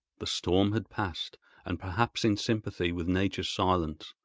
the storm had passed and, perhaps in sympathy with nature's silence,